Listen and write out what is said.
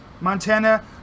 montana